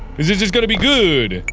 is it just gonna be good?